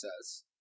says